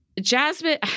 Jasmine